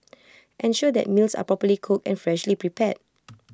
ensure that meals are properly cooked and freshly prepared